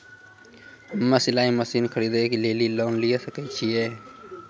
हम्मे सिलाई मसीन खरीदे लेली लोन लिये सकय छियै?